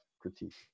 critique